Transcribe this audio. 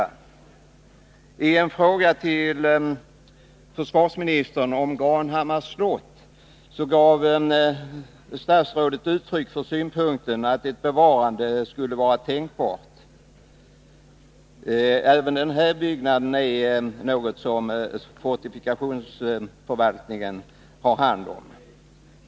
Som svar på en fråga till försvarsministern om Granhammars slott gav statsrådet uttryck för synpunkten att ett bevarande skulle vara tänkbart. Fortifikationsförvaltningen har hand om även denna byggnad.